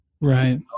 right